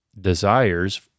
desires